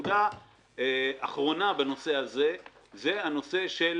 נקודה אחרונה בנושא הזה היא הנושא של